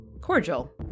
Cordial